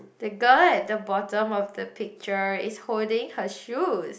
that girl at the bottom of the picture is holding her shoes